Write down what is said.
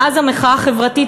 מאז המחאה החברתית,